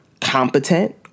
competent